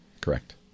Correct